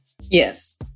Yes